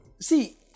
see